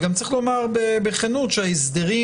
וגם צריך לומר בכנות שההסדרים,